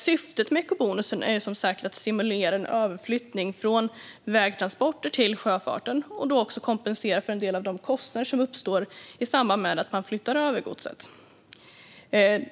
Syftet med eco-bonusen är som sagt att stimulera en överflyttning från vägtransporter till sjöfarten och då också kompensera för en del av de kostnader som uppstår i samband med att man flyttar över godset.